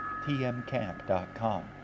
tmcamp.com